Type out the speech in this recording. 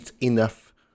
enough